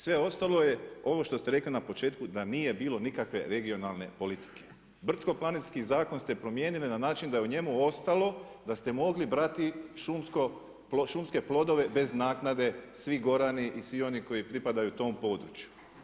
Sve ostalo je ovo što ste rekli na početku, da nije bilo nikakve regionalne politike, brdsko-planinski zakon ste promijenili na način da je u njemu ostalo da ste mogli brati šumske plodove bez naknade, svi Gorani i svi oni koji pripadaju tom području.